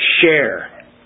share